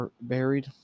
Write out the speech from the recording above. buried